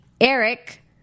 Eric